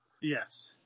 Yes